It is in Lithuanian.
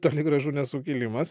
toli gražu ne sukilimas